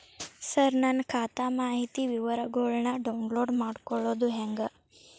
ಸರ ನನ್ನ ಖಾತಾ ಮಾಹಿತಿ ವಿವರಗೊಳ್ನ, ಡೌನ್ಲೋಡ್ ಮಾಡ್ಕೊಳೋದು ಹೆಂಗ?